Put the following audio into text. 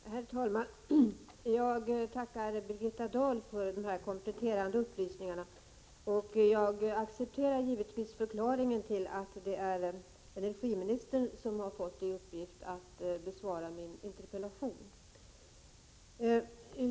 Herr talman! Jag tackar Birgitta Dahl för de här kompletterande upplysningarna. Givetvis accepterar jag förklaringen till varför det är energiministern som har fått till uppgift att besvara min interpellation.